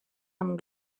amb